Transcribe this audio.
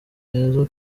heza